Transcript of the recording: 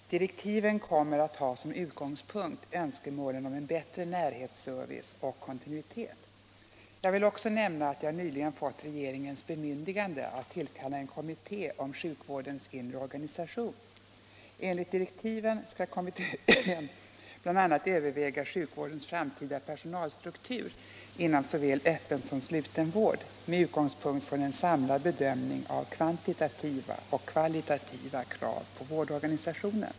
Direktiven kommer att ha som utgångspunkt önskemålen om en bättre närhetsservice och kontinuitet. Jag vill också nämna att jag nyligen fått regeringens bemyndigande att tillkalla en kommitté om sjukvårdens inre organisation. Enligt direktiven skall kommittén bl.a. överväga sjukvårdens framtida personalstruktur inom såväl öppen som sluten vård med utgångspunkt i en samlad bedömning av kvantitativa och kvalitativa krav på vårdorganisationen.